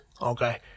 Okay